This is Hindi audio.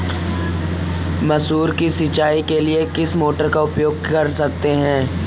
मसूर की सिंचाई के लिए किस मोटर का उपयोग कर सकते हैं?